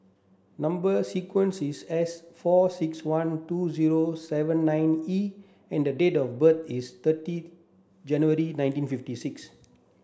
number sequence is S four six one two zero seven nine E and the date of birth is thirty January nineteen fifty six